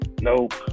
Nope